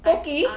pokey